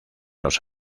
los